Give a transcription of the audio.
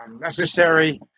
necessary